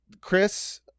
Chris